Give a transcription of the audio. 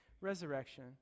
resurrection